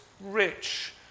rich